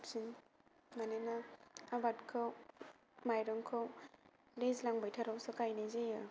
साबसिन मानोना आबादखौ माइरंखौ दैज्लां बोथोरावसो गायनाय जायो